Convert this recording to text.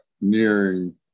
nearing